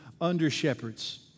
under-shepherds